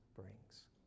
brings